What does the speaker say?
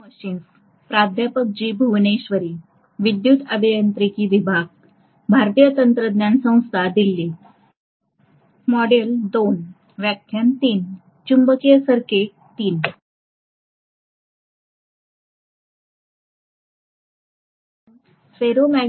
आपण ferromagnetic material मधील